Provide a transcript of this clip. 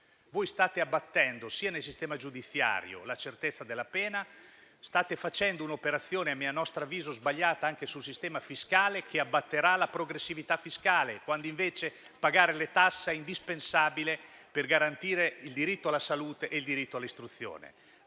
state abbattendo nel sistema giudiziario la certezza della pena e state facendo un'operazione a nostro avviso sbagliata anche sul sistema fiscale, che abbatterà la progressività fiscale, quando invece pagare le tasse è indispensabile per garantire il diritto alla salute e il diritto all'istruzione.